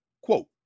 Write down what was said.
quote